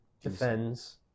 Defends